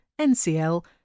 NCL